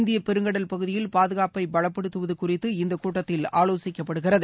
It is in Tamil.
இந்தியப் பெருங்கடல் பகுதியில் பாதுகாப்பை பலப்படுத்துவது குறித்து இந்தக் கூட்டத்தில் ஆலோசிக்கப்படுகிறது